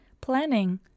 planning